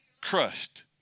crushed